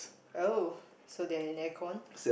[oh]so they are in aircon